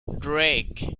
drake